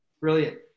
brilliant